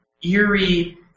Eerie